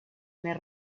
més